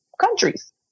countries